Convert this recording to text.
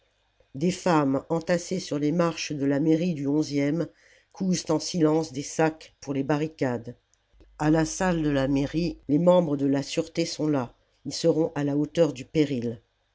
des femmes entassées sur les marches de la mairie du xie cousent en silence des sacs pour les barricades la commune a la salle de la mairie les membres de la sûreté sont là ils seront à la hauteur du péril